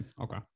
Okay